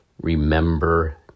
Remember